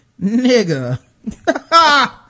nigga